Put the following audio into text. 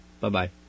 Bye-bye